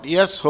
Yes